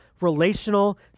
relational